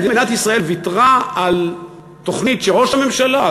מדינת ישראל ויתרה על תוכנית שראש הממשלה,